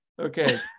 okay